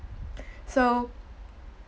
so